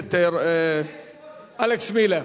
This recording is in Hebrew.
הכנסת אלכס מילר.